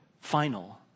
final